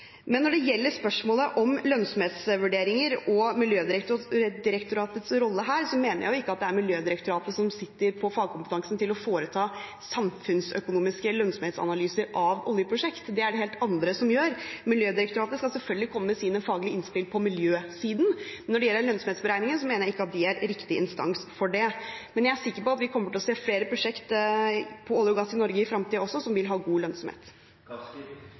Når det gjelder spørsmålet om lønnsomhetsvurderinger og Miljødirektoratets rolle: Jeg mener ikke at det er Miljødirektoratet som sitter på fagkompetansen til å foreta samfunnsøkonomiske lønnsomhetsanalyser av oljeprosjekter, det er det helt andre som gjør. Miljødirektoratet skal selvfølgelig komme med sine faglige innspill på miljøsiden, men når det gjelder lønnsomhetsberegninger, mener jeg ikke at de er riktig instans for det. Jeg er sikker på at vi også i fremtiden kommer til å se flere prosjekter med olje og gass i Norge som vil ha god